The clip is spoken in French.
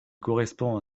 correspond